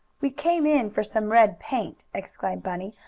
we came in for some red paint, explained bunny,